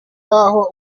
yaho